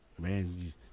Man